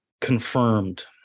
confirmed